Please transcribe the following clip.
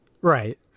Right